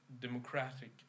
democratic